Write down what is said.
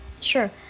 sure